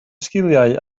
sgiliau